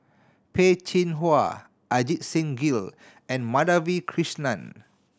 Peh Chin Hua Ajit Singh Gill and Madhavi Krishnan